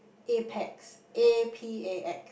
Apex A P E X